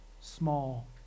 small